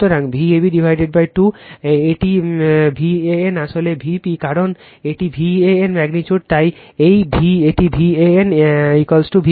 সুতরাং Vab 2 এটি Van এটি আসলে Vp কারণ এটি Van ম্যাগনিটিউড তাই এটি Van Vp